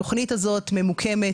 התוכנית הזאת ממוקמת